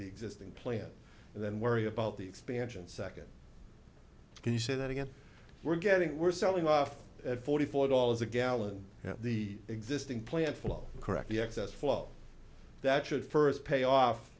the existing plant and then worry about the expansion second can you say that again we're getting we're selling off at forty four dollars a gallon the existing plant flow correctly excess flow that should first pay off